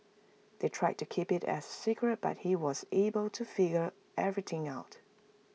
they tried to keep IT as secret but he was able to figure everything out